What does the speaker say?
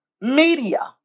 media